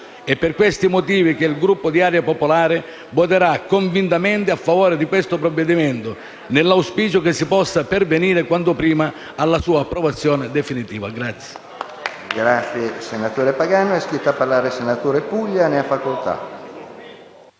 È per questi motivi che il Gruppo di Area Popolare voterà convintamene a favore di questo provvedimento, nell’auspicio che si possa pervenire quanto prima alla sua approvazione definitiva.